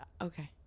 Okay